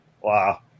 Wow